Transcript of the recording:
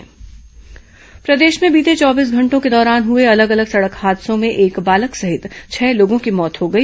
दूर्घटना प्रदेश में बीते चौबीस घंटों के दौरान हुए अलग अलग सड़क हादसों में एक बालक सहित छह लोगों की मौत हो गई